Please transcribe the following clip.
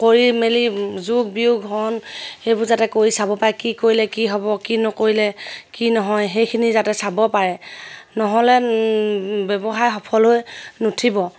কৰি মেলি যোগ বিয়োগ হৰণ সেইবোৰ যাতে কৰি চাব পাৰে কি কৰিলে কি হ'ব কি নকৰিলে কি নহয় সেইখিনি যাতে চাব পাৰে নহ'লে ব্যৱসায় সফল হৈ নুঠিব